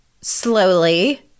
slowly